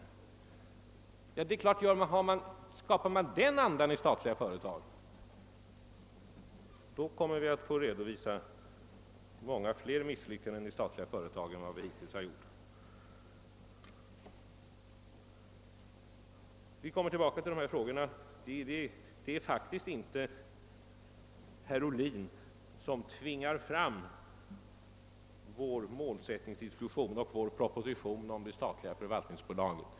Det är klart att om man skapar den andan i ett statligt företag, så kommer vi att få redovisa många fler misslyckanden i statliga företag än vi hittills har gjort. Vi kommer tillbaka till dessa frågor. Det är faktiskt inte herr Ohlin, som tvingar fram vår målsättningsdiskussion och vår proposition om ett statligt förvaltningsbolag.